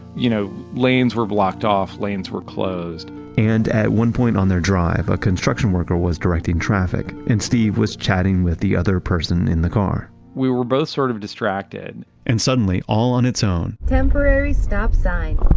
you know, lanes were blocked off, lanes were closed and at one point on their drive, a construction worker was directing traffic and steve was chatting with the other person in the car we were both sort of distracted and suddenly, all on its own temporary stop sign.